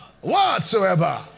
Whatsoever